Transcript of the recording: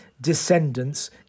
descendants